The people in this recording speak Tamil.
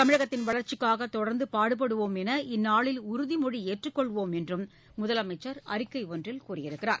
தமிழகத்தின் வளர்ச்சிக்காக தொடர்ந்து பாடுபடுவோம் என்று இந்நாளில் உறுதிமொழி ஏற்றுக் கொள்வோம் என்றும் முதலமைச்சர் அறிக்கை ஒன்றில் கூறியுள்ளார்